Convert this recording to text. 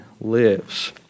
lives